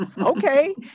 Okay